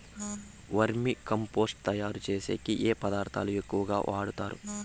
వర్మి compost తయారుచేసేకి ఏ పదార్థాలు ఎక్కువగా వాడుతారు